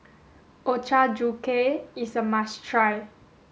Ochazuke is a must try